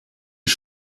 les